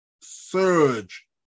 surge